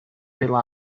pela